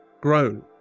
grown